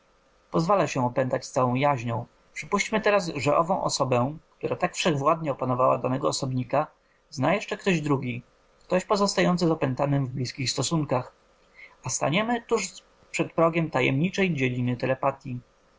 pozwala się opętać całą jaźnią przypuśćmy teraz że ową osobę która tak wszechwładnie opanowała danego osobnika zna jeszcze ktoś drugi ktoś pozostający z opętanym w blizkich stosunkach a staniemy tuż przed progiem tajemniczej dziedziny telepatyi